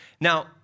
Now